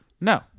No